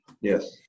Yes